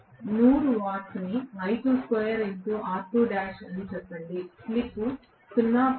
100 watts ని అని చెప్పండి స్లిప్ 0